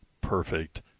perfect